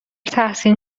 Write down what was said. تحسین